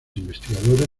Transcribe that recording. investigadores